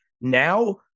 Now